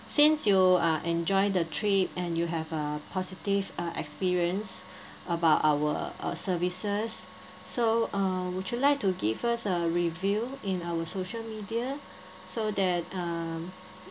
since you are enjoy the trip and you have a positive uh experience about our uh services so uh would you like to give us a review in our social media so that um